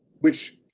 which